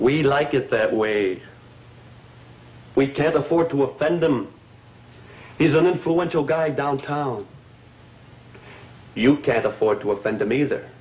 we like it that way we can't afford to offend them is an influential guy downtown you can't afford to offend him either